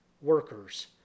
workers